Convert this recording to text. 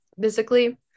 physically